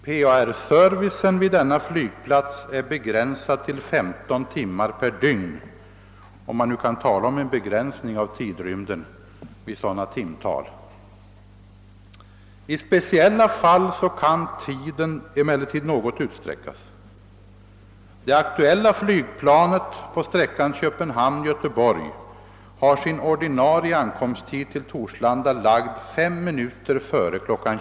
PAR-servicen vid denna flygplats är normalt begränsad till 15 timmar per dygn — om man nu kan tala om en begränsning av tidrymden vid sådana timtal — men i speciella fall kan tiden något utsträckas. Det aktuella flygplanet på sträckan Köpenhamn — Göteborg har ordinarie ankomsttid till Torslanda lagd till fem minuter före kl.